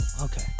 okay